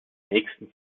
nächsten